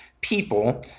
people